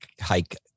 hike